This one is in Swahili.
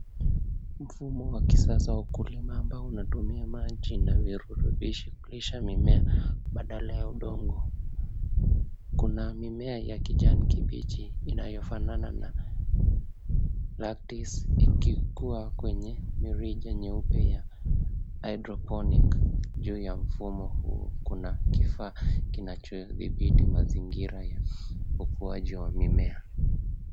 Mfumo wa kisasa wa ukulima ambao unatumia maji na virutibishi kulisha mimea badala ya udongo. Kuna mimea ya kijani kibichi inayofanana na lactice ikikuwa kwenye mirija nyeupe ya hydroponic. Juu ya mfumo huu kuna kifaa kinachodhibiti mazingira ya ukuaji wa mimea.